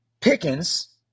Pickens